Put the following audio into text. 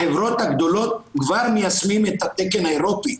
בחברות הגדולות כבר מיישמים את התקן האירופי,